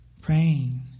praying